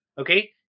Okay